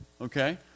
okay